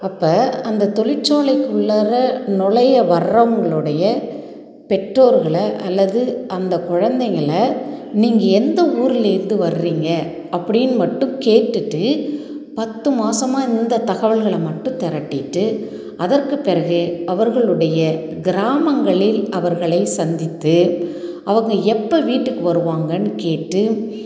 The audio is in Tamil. அப்போ அந்த தொழிற்சாலைக்குள்ளாற நுழைய வர்றவங்களுடைய பெற்றோர்களை அல்லது அந்த குழந்தைங்கள நீங்கள் எந்த ஊர்லேருந்து வரீங்க அப்படின்னு மட்டும் கேட்டுட்டு பத்து மாசமாக இந்த தகவல்களை மட்டும் திரட்டிவிட்டு அதற்கு பிறகு அவர்களுடைய கிராமங்களில் அவர்களைச் சந்தித்து அவங்க எப்போ வீட்டுக்கு வருவாங்கன்னு கேட்டு